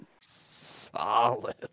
solid